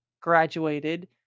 graduated